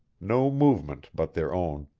no movement but their own,